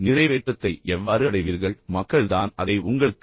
அந்த நிறைவேற்றத்தை நீங்கள் எவ்வாறு அடைவீர்கள் மீண்டும் மக்கள் தான் அதை உங்களுக்கு